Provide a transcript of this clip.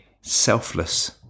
selfless